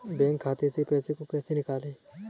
Bank खाते से पैसे को कैसे निकालें?